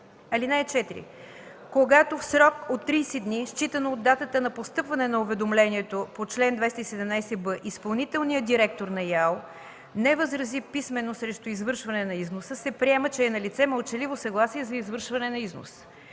износ. (4) Когато в срок от 30 дни, считано от датата на постъпване на уведомлението по чл. 217б, изпълнителният директор на ИАЛ не възрази писмено срещу извършване на износа, се приема, че е налице мълчаливо съгласие за извършване на износ.